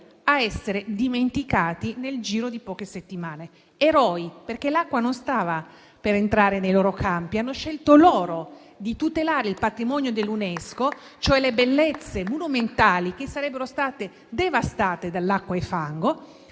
ad essere dimenticati nel giro di poche settimane; eroi perché l'acqua non stava per entrare nei loro campi, ma hanno scelto loro di tutelare il patrimonio dell'Unesco, cioè le bellezze monumentali che sarebbero state devastate dall'acqua e dal